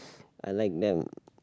I like them